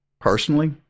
personally